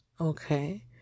okay